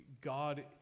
God